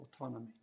autonomy